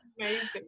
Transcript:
Amazing